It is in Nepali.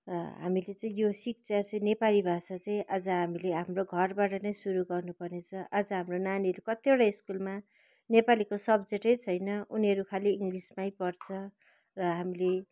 र हामीले चाहिँ यो शिक्षा चाहिँ नेपाली भाषा चाहिँ आज हामीले हाम्रो घरबाट नै सुरु गर्नुपर्ने छ आज हाम्रो नानीहरूले कतिवटा स्कुलमा नेपालीको सब्जेक्ट नै छैन उनीहरू खालि इङ्लइसमै पढ्छ र हामीले